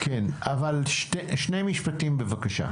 שני משפטים בבקשה.